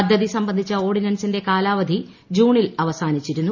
പദ്ധതി സംബന്ധിച്ച ഓർഡിനൻസിന്റെ കാലാവധി ജൂണിൽ അവസാനിച്ചിരുന്നു